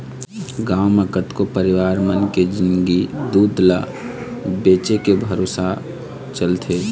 गांव म कतको परिवार मन के जिंनगी दूद ल बेचके भरोसा चलथे